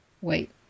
Wait